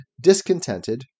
discontented